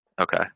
Okay